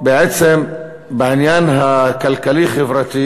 בעצם, בעניין הכלכלי-חברתי